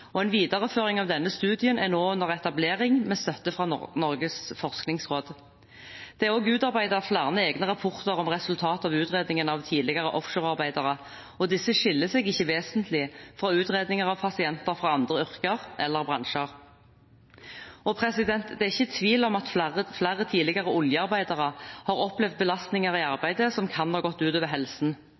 og en videreføring av denne studien er nå under etablering med støtte fra Norges forskningsråd. Det er også utarbeidet flere egne rapporter om resultater av utredningene av tidligere offshorearbeidere, og disse skiller seg ikke vesentlig fra utredninger av pasienter fra andre yrker eller bransjer. Det er ikke tvil om at flere tidligere oljearbeidere har opplevd belastning i arbeidet som kan ha gått ut over helsen.